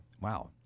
Wow